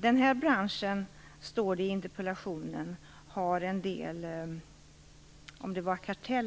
Det står i interpellationen att det i denna bransch förekommer en del - som jag tror